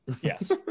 Yes